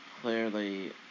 clearly